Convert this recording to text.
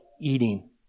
eating